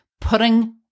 putting